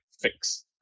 fix